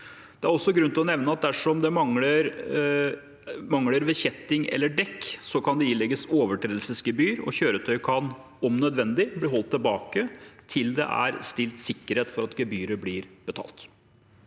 Det er også grunn til å nevne at dersom det er mangler ved kjetting eller dekk, kan det ilegges overtredelsesgebyr, og kjøretøyet kan om nødvendig bli holdt tilbake til det er stilt sikkerhet for at gebyret blir betalt.